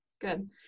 good